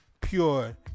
Pure